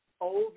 over